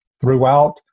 throughout